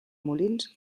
molins